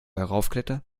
heraufklettert